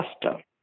cluster